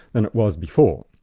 than it was before.